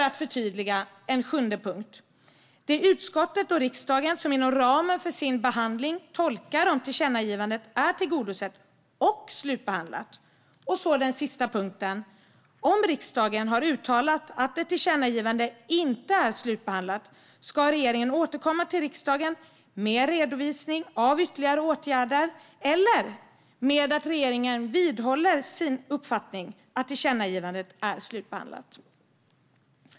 Det är utskottet och riksdagen som inom ramen för sin behandling tolkar om tillkännagivandet är tillgodosett och slutbehandlat. Om riksdagen har uttalat att ett tillkännagivande inte är slutbehandlat ska regeringen återkomma till riksdagen med en redovisning av ytterligare åtgärder eller med att regeringen vidhåller sin uppfattning att tillkännagivandet är slutbehandlat.